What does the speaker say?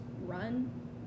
run